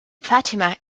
fatima